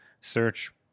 search